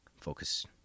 focus